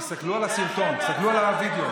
תסתכלו על הסרטון, תסתכלו על הווידיאו.